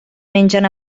mengen